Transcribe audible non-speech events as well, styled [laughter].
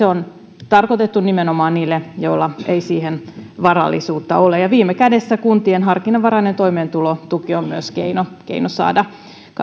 [unintelligible] on tarkoitettu nimenomaan niille joilla ei varallisuutta ole viime kädessä kuntien harkinnanvarainen toimeentulotuki on myös keino keino saada